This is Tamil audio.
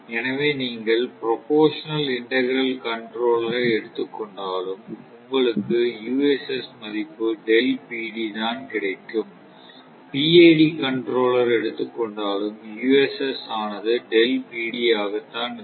எனவே நீங்கள் புரோபஷனல் இண்டக்கிரல் கண்ட்ரோலர் எடுத்துக் கொண்டாலும் உங்களுக்கு uss மதிப்பு ΔPd தான் கிடைக்கும் PID கண்ட்ரோலர் எடுத்துக்கொண்டாலும் uss ஆனது ΔPd ஆகத்தான் இருக்கும்